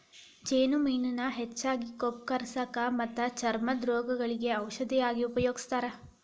ಜೇನುಮೇಣಾನ ಹೆಚ್ಚಾಗಿ ಕೊಬ್ಬ ಕರಗಸಾಕ ಮತ್ತ ಚರ್ಮದ ರೋಗಗಳಿಗೆ ಔಷದ ಆಗಿ ಉಪಯೋಗಸ್ತಾರ